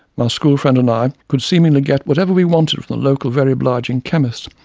my school friend and i could seemingly get whatever we wanted from the local very obliging chemist,